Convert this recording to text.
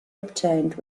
obtained